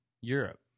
europe